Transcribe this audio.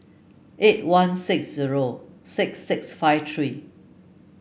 eight one six zero six six five three